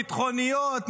ביטחוניות,